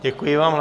Děkuji vám.